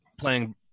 playing